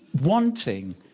wanting